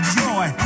joy